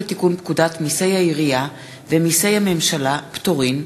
הצעת חוק לתיקון פקודת מסי העירייה ומסי הממשלה (פטורין)